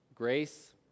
Grace